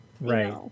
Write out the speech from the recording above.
right